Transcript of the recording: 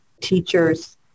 teachers